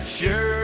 sure